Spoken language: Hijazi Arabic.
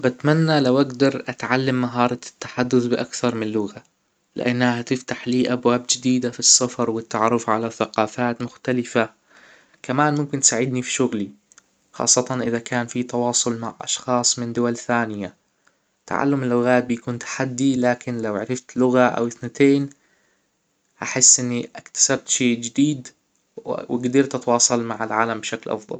بتمنى لو أجدر أتعلم مهارة التحدث بأكثر من لغة لأنها هتفتح لى أبواب جديدة فى السفر والتعرف على ثقافات مختلفه كمان ممكن تساعدنى فى شغلى خاصة إذا كان في تواصل مع أشخاص من دول ثانية تعلم اللغة بيكون تحدى لكن لو عرفت لغة اوأثنتين هحس إنى إكتسبت شئ جديد وجدرت أتواصل مع العالم بشكل أفضل